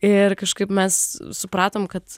ir kažkaip mes supratom kad